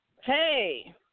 Hey